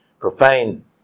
Profane